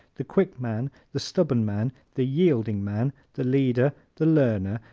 the quick man, the stubborn man, the yielding man, the leader, the learner,